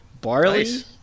barley